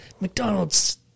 McDonald's